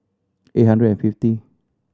eight hundred and fifty